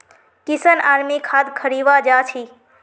किशन आर मी खाद खरीवा जा छी